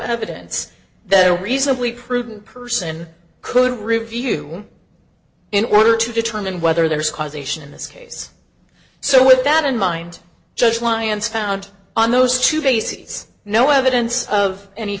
evidence that a reasonably prudent person could review in order to determine whether there is causation in this case so with that in mind judge lyons found on those two bases no evidence of any